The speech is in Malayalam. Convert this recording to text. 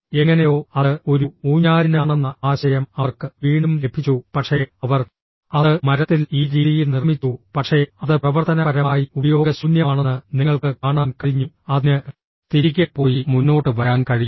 എങ്ങനെയോ അത് ഒരു ഊഞ്ഞാലിനാണെന്ന ആശയം അവർക്ക് വീണ്ടും ലഭിച്ചു പക്ഷേ അവർ അത് മരത്തിൽ ഈ രീതിയിൽ നിർമ്മിച്ചു പക്ഷേ അത് പ്രവർത്തനപരമായി ഉപയോഗശൂന്യമാണെന്ന് നിങ്ങൾക്ക് കാണാൻ കഴിഞ്ഞു അതിന് തിരികെ പോയി മുന്നോട്ട് വരാൻ കഴിയില്ല